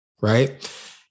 Right